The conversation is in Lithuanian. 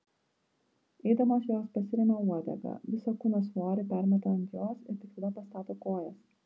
eidamos jos pasiremia uodega visą kūno svorį permeta ant jos ir tik tada pastato kojas